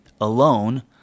alone